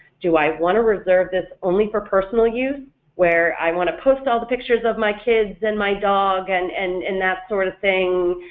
do i want to reserve this only for personal use where i want to post all the pictures of my kids and my dog and and and that sort of thing,